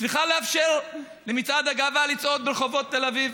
צריכה לאפשר למצעד הגאווה לצעוד ברחובות תל אביב,